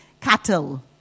cattle